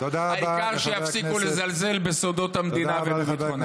העיקר שיפסיקו לזלזל בסודות המדינה וביטחונה.